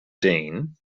dean